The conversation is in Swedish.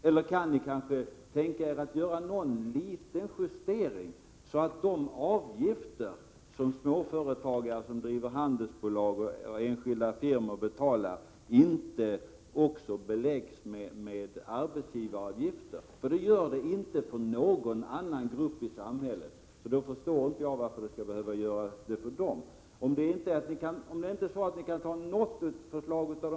Eller kan ni tänka er att göra en liten justering så att de avgifter, som småföretagare som driver handelsbolag eller enskild firma betalar, inte beläggs också med arbetsgivaravgifter? Så görs ju inte för någon annan grupp i samhället. Jag förstår därför inte varför småföretagarna skall drabbas av sådana arbetsgivaravgifter.